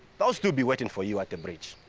they'll still be waiting for you at the bridge.